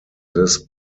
this